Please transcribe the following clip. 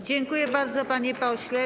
Dziękuję bardzo, panie pośle.